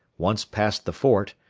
once past the fort,